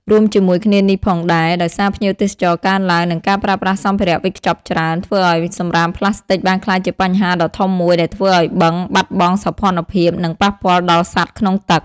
រួមជាមួយគ្នានេះផងដែរ ដោយសារភ្ញៀវទេសចរកើនឡើង និងការប្រើប្រាស់សម្ភារៈវេចខ្ចប់ច្រើន ធ្វើឱ្យសំរាមប្លាស្ទិកបានក្លាយជាបញ្ហាដ៏ធំមួយដែលធ្វើឱ្យបឹងបាត់បង់សោភ័ណភាព និងប៉ះពាល់ដល់សត្វក្នុងទឹក។